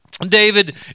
David